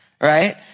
right